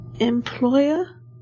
Employer